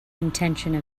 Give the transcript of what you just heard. intention